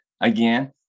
again